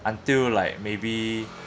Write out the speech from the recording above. until like maybe